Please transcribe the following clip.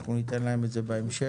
אנחנו ניתן להם את זה בהמשך.